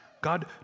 God